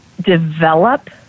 develop